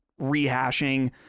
rehashing